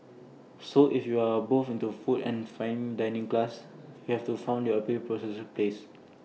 so if you are both into food and fine dining class you have to found your proposal place